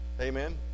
amen